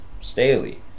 Staley